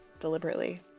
deliberately